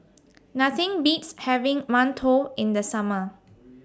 Nothing Beats having mantou in The Summer